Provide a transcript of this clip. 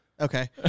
Okay